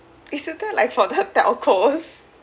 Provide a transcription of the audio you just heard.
isn't that like for the telcos